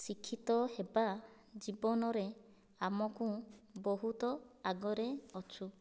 ଶିକ୍ଷିତ ହେବା ଜୀବନରେ ଆମକୁ ବହୁତ ଆଗରେ ଅଛୁ